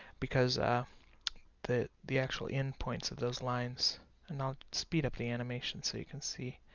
because the the actual endpoints of those lines and i'll speed up the animation so you can see